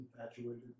infatuated